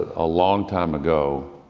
a long time ago,